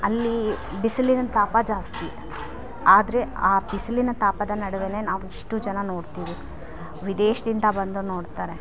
ಅಲ್ಲಿ ಬಿಸಿಲಿನ ತಾಪ ಜಾಸ್ತಿ ಆದರೆ ಆ ಬಿಸಿಲಿನ ತಾಪದ ನಡುವೆನೇ ನಾವು ಇಷ್ಟು ಜನ ನೋಡ್ತೀವಿ ವಿದೇಶದಿಂದ ಬಂದು ನೋಡ್ತಾರೆ